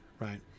Right